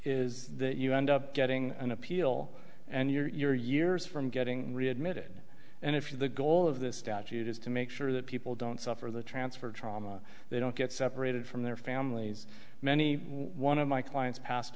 is that you end up getting an appeal and you're years from getting readmitted and if the goal of this statute is to make sure that people don't suffer the transfer trauma they don't get separated from their families many one of my clients passed